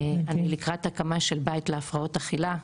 אני לקראת הקמה של בית להפרעות אכילה,